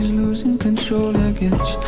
losing control against,